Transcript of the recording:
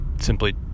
simply